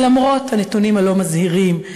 ולמרות הנתונים הלא-מזהירים,